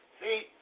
See